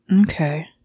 Okay